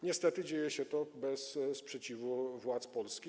Niestety dzieje się to bez sprzeciwu władz Polski.